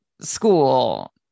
school